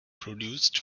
produced